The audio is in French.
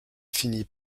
finit